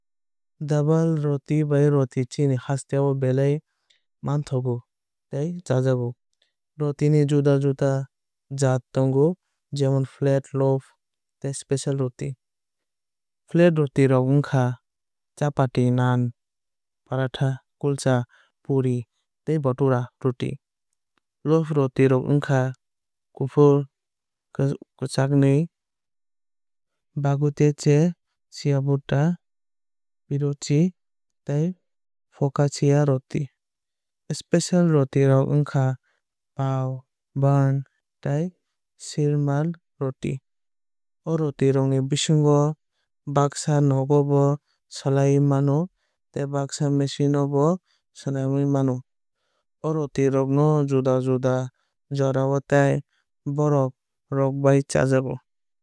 Double roti ba roti chini hasteo belai manthogo tei chajago. Roti ni juda juda jaat tongo jemon flat loaf tei special roti. Flat roti rok wngkha chapati naan paratha kulcha puri tei bhatura roti. Loaf roti rok wngkha kufur kwkhwui baguettecCiabatta brioche tei focaccia roti. Special roti rok wngkha pav bun tei sheermal roti. O roti rok ni bisingo bagsa nogo bo swlamwui mano tei bagsa machine o bo slamwui mano. O roti rok no juda juda jora o tei borok rok bai chajago.